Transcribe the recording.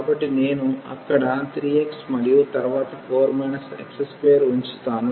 కాబట్టి నేను అక్కడ 3x మరియు తరువాత 4 x2 ఉంచుతాను